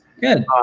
Good